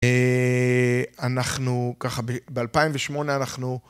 אה... אנחנו... ככה, ב-2008 אנחנו...